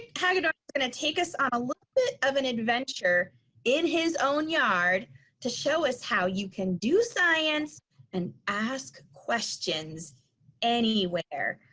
hagadorn is gonna take us on a little bit of an adventure in his own yard to show us how you can do science and ask questions anywhere.